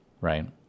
right